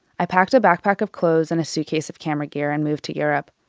i packed a backpack of clothes and a suitcase of camera gear and moved to europe.